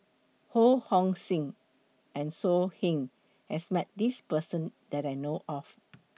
Ho Hong Sing and So Heng has Met This Person that I know of